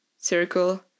circle